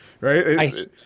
right